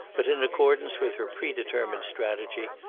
but, in accordance with her predetermined strategy,